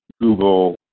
Google